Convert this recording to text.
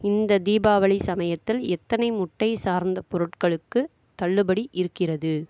இந்த தீபாவளி சமயத்தில் எத்தனை முட்டை சார்ந்த பொருட்களுக்கு தள்ளுபடி இருக்கிறது